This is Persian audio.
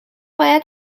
باید